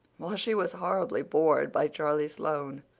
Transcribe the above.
while she was horribly bored by charlie sloane,